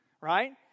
right